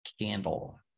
candle